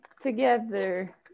Together